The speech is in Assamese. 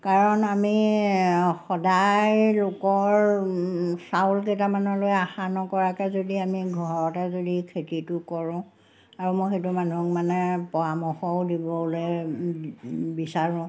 কাৰণ আমি সদায় লোকৰ চাউলকেইটামানলৈ আশা নকৰাকৈ যদি আমি ঘৰতে যদি খেতিটো কৰোঁ আৰু মই সেইটো মানুহক মানে পৰামৰ্শও দিবলৈ বিচাৰোঁ